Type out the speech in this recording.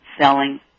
selling